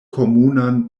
komunan